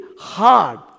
hard